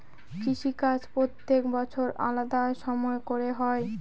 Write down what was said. কৃষিকাজ প্রত্যেক বছর আলাদা সময় করে হয়